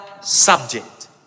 subject